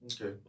Okay